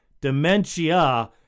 Dementia